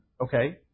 Okay